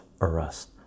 arrest